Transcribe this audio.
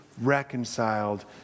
reconciled